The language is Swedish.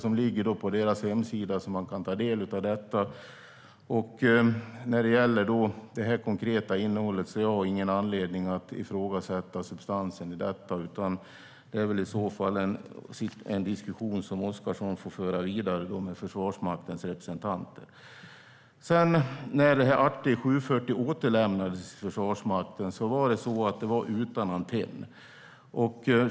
Det finns på deras hemsida, så att man kan ta del av detta. När det gäller det konkreta innehållet ser jag ingen anledning att ifrågasätta substansen. Detta är väl i så fall en diskussion som Oscarsson får föra vidare med Försvarsmaktens representanter. När ArtE 740 återlämnades till Försvarsmakten var det utan antenn.